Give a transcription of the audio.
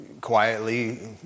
quietly